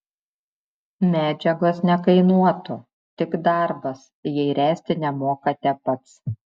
medžiagos nekainuotų tik darbas jei ręsti nemokate pats